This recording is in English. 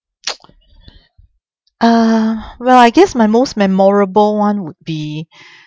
uh well I guess my most memorable one would be